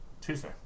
Tuesday